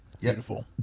Beautiful